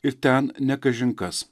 ir ten ne kažin kas